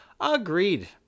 agreed